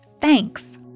Thanks